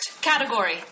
category